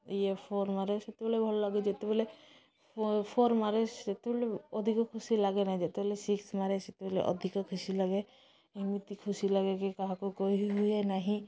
ଇଏ ଫୋର୍ ମାରେ ସେତେବେଳେ ଭଲ ଲାଗେ ଯେତେବେଳେ ଫୋର୍ ମାରେ ସେତେବେଳେ ଅଧିକ ଖୁସି ଲାଗେ ନାହିଁ ଯେତେବେଳେ ସିକ୍ସ ମାରେ ସେତେବେଳେ ଅଧିକ ଖୁସି ଲାଗେ ଏମିତି ଖୁସି ଲାଗେ କି କାହାକୁ କହି ହୁଏ ନାହିଁ